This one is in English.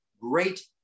great